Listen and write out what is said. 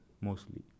mostly